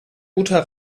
guter